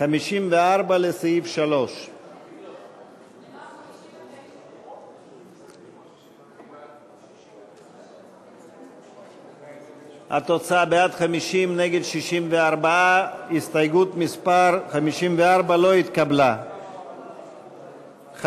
54 לסעיף 3. ההסתייגות (54) של קבוצת סיעת יש